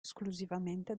esclusivamente